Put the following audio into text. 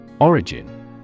Origin